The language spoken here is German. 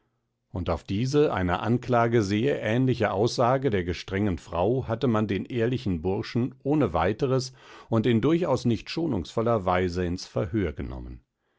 und auf diese einer anklage sehr ähnliche aussage der gestrengen frau hatte man den ehrlichen burschen ohne weiteres und in durchaus nicht schonungsvoller weise ins verhör genommen